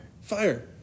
Fire